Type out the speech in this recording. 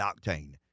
octane